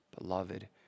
beloved